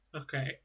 Okay